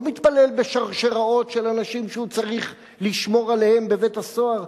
לא מתפלל בשלשלאות של אנשים שהוא צריך לשמור עליהם בבית-הסוהר.